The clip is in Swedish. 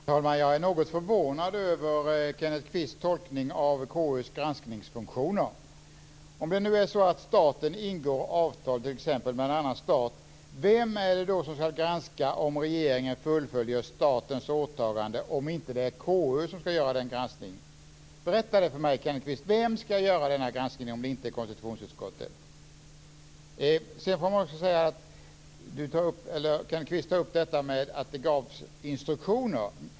Fru talman! Jag är något förvånad över Kenneth Kvists tolkning av KU:s granskningsfunktioner. Om det nu är så att staten ingår avtal med t.ex. en annan stat - vem är det då som ska granska om regeringen fullföljer statens åtaganden om inte KU? Berätta det för mig, Kenneth Kvist! Vem ska göra granskningen, om det inte är konstitutionsutskottet? Kenneth Kvist tar upp detta med att det gavs instruktioner.